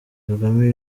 kagame